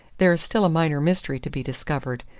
there is still a minor mystery to be discovered.